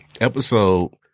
episode